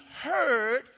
heard